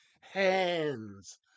hands